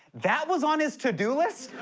that was on his to-do list?